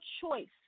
choice